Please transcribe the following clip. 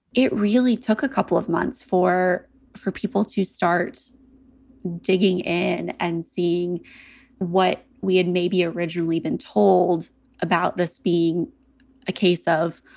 it really took a couple of months for four people to start digging in and seeing what we had maybe originally been told about this being a case of